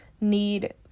need